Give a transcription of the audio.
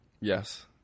Yes